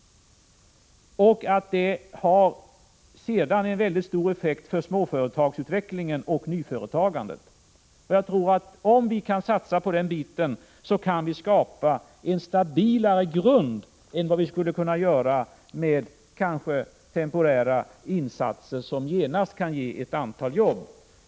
Detta har också en väldigt stor effekt för småföretagsutvecklingen och nyföretagandet. Jag tror att om vi kan satsa på den biten, kan vi skapa en stabilare grund än vad vi skulle kunna göra med kanske temporära insatser som genast kan ge ett antal jobb.